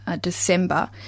December